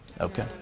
okay